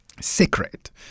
secret